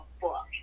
book